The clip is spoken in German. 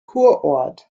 kurort